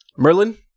Merlin